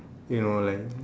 you know like